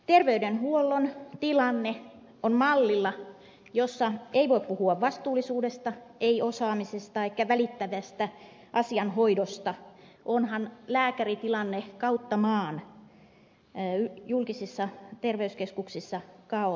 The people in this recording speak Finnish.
terveydenhuollon tilanne on mallilla jossa ei voi puhua vastuullisuudesta ei osaamisesta eikä välittävästä asiain hoidosta onhan lääkäritilanne kautta maan julkisissa terveyskeskuksissa kaoottinen